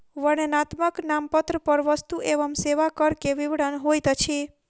वर्णनात्मक नामपत्र पर वस्तु एवं सेवा कर के विवरण होइत अछि